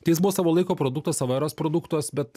tai jis buvo savo laiko produktas savo eros produktas bet